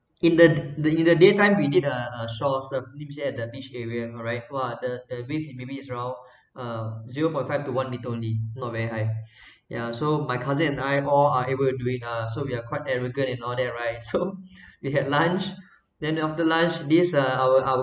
in the in the daytime we did a shore surf at the beach area alright !wah! the the waves is maybe around uh zero point five to one metre only not very high ya so my cousin and I all are able to do it ah so we are quite arrogant in all that right so we had lunch then after lunch this uh our our guide